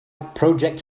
project